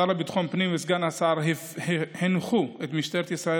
השר לביטחון הפנים וסגן השר הנחו את משטרת ישראל